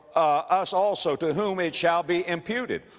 us also, to whom it shall be imputed.